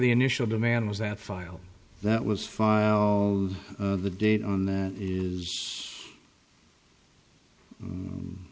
the initial demand was that file that was file the date on that is